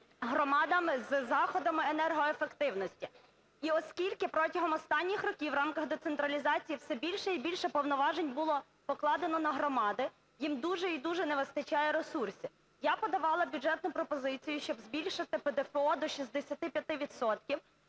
громадам з заходами енергоефективності? І оскільки протягом останніх років у рамках децентралізації все більше і більше повноважень було покладено на громади, їм дуже і дуже не вистачає ресурсів. Я подавала бюджетну пропозицію, щоб збільшити ПДФО до 65